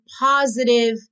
positive